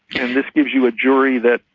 and this gives you a jury that.